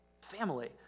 family